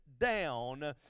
down